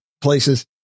places